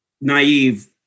naive